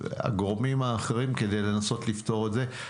הגורמים האחרים, כדי לנסות לפתור את זה.